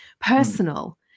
personal